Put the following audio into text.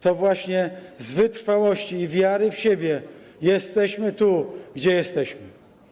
To właśnie z wytrwałości i wiary w siebie jesteśmy tu, gdzie jesteśmy.